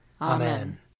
Amen